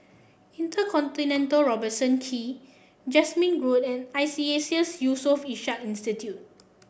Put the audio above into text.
InterContinental Robertson Quay Jasmine Road and Iseas Yusof Ishak Institute